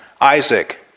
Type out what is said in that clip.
Isaac